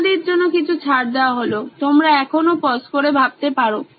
তোমাদের জন্য কিছু ছাড় দেওয়া হলো তোমরা এখনো পস করে ভাবতে পারো